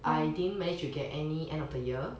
I didn't manage to get any end of the year